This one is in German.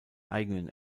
eigenen